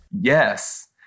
Yes